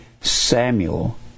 samuel